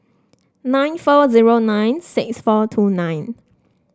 nine four zero nine six four two nine